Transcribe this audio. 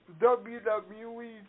WWE